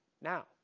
Now